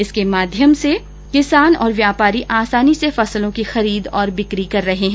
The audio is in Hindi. इसके माध्यम से किसान और व्यापारी आसानी से फसलों की खरीद और बिक्री कर रहे हैं